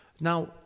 now